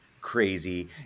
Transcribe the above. crazy